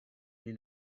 may